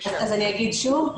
אני אגיד שוב,